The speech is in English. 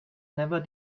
never